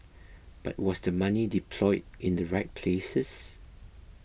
but was the money deployed in the right places